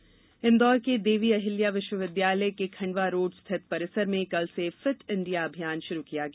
fit India Indore के देवी अहिल्या विश्वविद्यालय के खंडवा रोड स्थित परिसर में कल से फिट इंडिया अभियान शुरू किया गया